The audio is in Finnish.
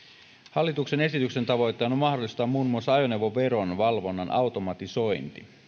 hallituksen esityksen tavoitteena on mahdollistaa muun muassa ajoneuvoveron valvonnan automatisointi